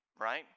right